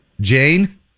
Jane